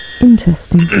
Interesting